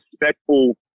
respectful